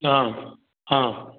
অঁ অঁ